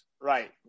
Right